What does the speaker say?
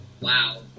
Wow